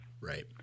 right